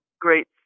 great